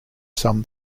some